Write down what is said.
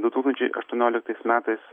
du tūkstančiai aštuonioliktais metais